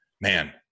man